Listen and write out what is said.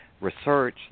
research